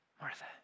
Martha